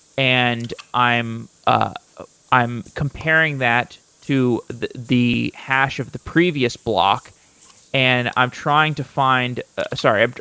and i'm ah i'm comparing that to the the hash of the previous block and i'm trying to find ah sorry, but